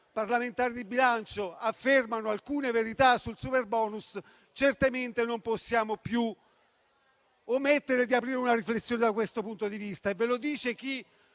parlamentare di bilancio affermano alcune verità sul superbonus, certamente non possiamo più omettere di aprire una riflessione da questo punto di vista. E ve lo dice chi